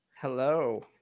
Hello